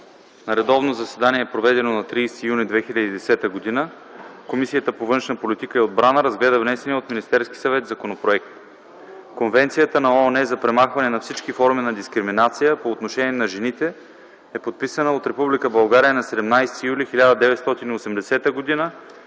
„На редовно заседание, проведено на 30 юни 2010 г., Комисията по външна политика и отбрана разгледа внесения от Министерския съвет законопроект. Конвенцията на ООН за премахване на всички форми на дискриминация по отношение на жените е подписана от Република България на 17 юли 1980 г.